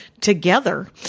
together